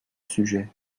sujet